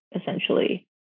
essentially